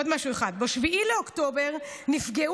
עוד משהו אחד: ב-7 באוקטובר נפגעו,